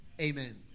Amen